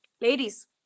Ladies